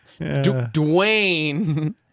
Dwayne